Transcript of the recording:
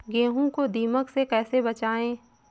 गेहूँ को दीमक से कैसे बचाएँ?